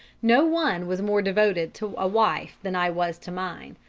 no one was more devoted to a wife than i was to mine.